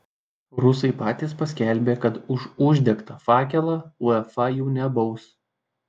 rusai patys paskelbė kad už uždegtą fakelą uefa jų nebaus